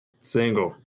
Single